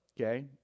okay